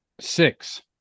six